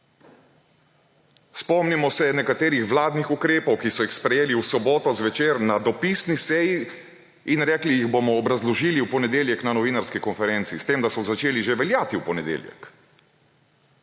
Spomnimo se nekaterih vladnih ukrepov, ki so jih sprejeli v soboto zvečer na dopisni seji in rekli, jih bodo obrazložili v ponedeljek na novinarski konferenci, s tem da so začeli že veljati v ponedeljek.